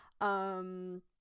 um-